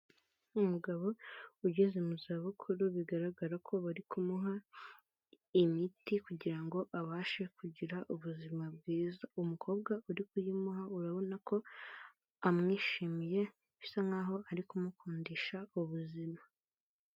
Umugabo ugeze mu zabukuru, bigaragara ko bari kumuha imiti, kugira ngo abashe kugira ubuzima bwiza. Umukobwa uri kuyimuha urabona ko amwishimiye, bisa nk'aho ari kumukundisha ubuzima.